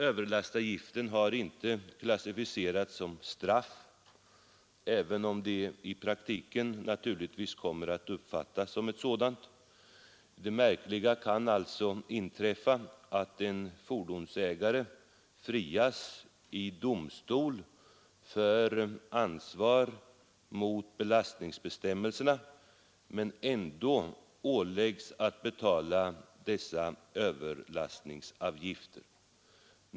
Överlastavgiften har inte klassificerats som straff — även om den i praktiken naturligtvis kommer att uppfattas som ett sådant. Det märkliga kan alltså inträffa att en fordonsägare frias i domstol för ansvar mot belastningsbestämmelserna men ändå åläggs att betala överlastavgifterna.